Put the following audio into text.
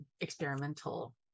experimental